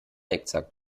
exakt